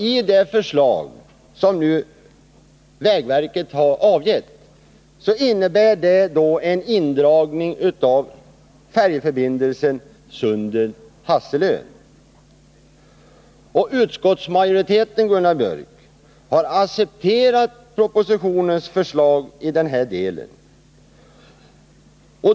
I det förslag som vägverket har avgett ingår en indragning av färjeförbindelsen Sundet-Hasselön. Utskottsmajoriteten, Gunnar Björk i Gävle, har accepterat propositionens förslag i denna del.